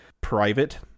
private